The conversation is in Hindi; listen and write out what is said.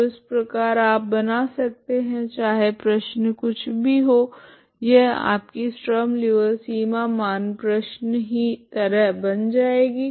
तो इस प्रकार आप बना सकते है चाहे प्रश्न कुछ भी हो यह आपकी स्ट्रीम लीऔविल्ले सीमा मान प्रश्न की तरह बन जाएगी